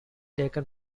taken